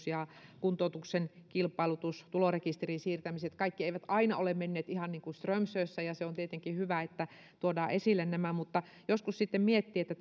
ja kuntoutuksen kilpailutus tulorekisteriin siirtämiset aina ole menneet ihan niin kuin strömsössä ja se on tietenkin hyvä että tuodaan nämä esille mutta joskus sitten miettii että